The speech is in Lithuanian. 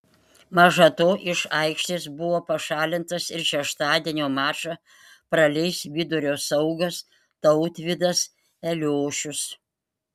maža to iš aikštės buvo pašalintas ir šeštadienio mačą praleis vidurio saugas tautvydas eliošius